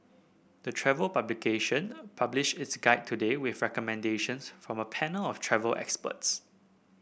the travel publication published its guide today with recommendations from a panel of travel experts